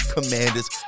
Commanders